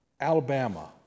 Alabama